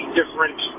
different